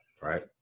right